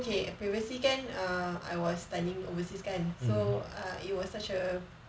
okay previously kan err I was studying overseas kan so err it was such a